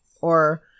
or-